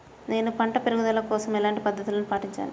నేను పంట పెరుగుదల కోసం ఎలాంటి పద్దతులను పాటించాలి?